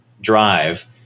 drive